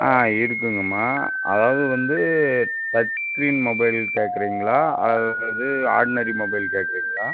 ஆ இருக்குங்கம்மா அதாவது வந்து டச் ஸ்க்ரீன் மொபைல் கேக்கிறீங்களா அதாவது ஆட்னரி மொபைல் கேக்கிறீங்களா